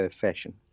fashion